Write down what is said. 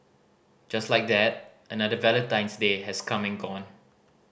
just like that another Valentine's Day has coming and gone